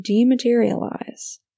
dematerialize